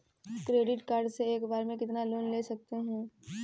Credit card से एक बार में कितना लोन ले सकते हैं?